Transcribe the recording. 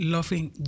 Loving